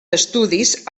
estudis